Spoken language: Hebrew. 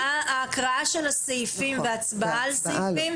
ההקראה של הסעיפים וההצבעה על סעיפים